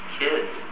kids